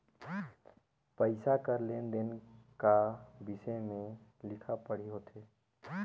पइसा कर लेन देन का बिसे में लिखा पढ़ी होथे